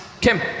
Kim